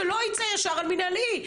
שלא ייצא ישר על מינהלי.